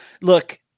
Look